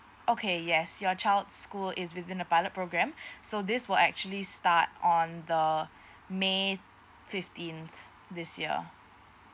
okay yes your child school is within a pilot program so this will actually start on the may fifteenth this year